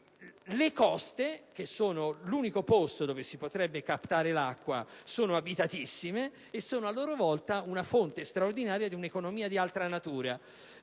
le coste, che rappresentano l'unico posto dove si potrebbe captare l'acqua, sono abitatissime e sono, a loro volta, una fonte straordinaria di un'economia di altra natura.